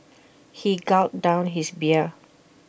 he gulped down his beer